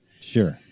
sure